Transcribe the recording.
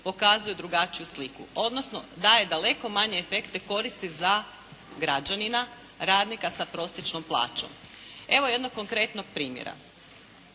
pokazuje drugačiju sliku odnosno daje daleko manje efekte koristi za građanina radnika sa prosječnom plaćom. Evo jednog konkretnog primjera.